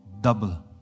double